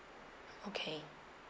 okay